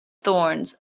thorns